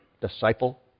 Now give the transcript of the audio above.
Disciple